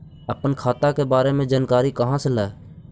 अपन खाता के बारे मे जानकारी कहा से ल?